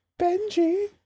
Benji